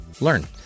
learn